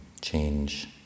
change